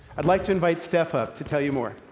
i'd like to invite steph up to tell you more.